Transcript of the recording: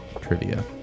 trivia